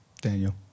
Daniel